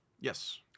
Yes